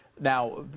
Now